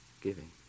giving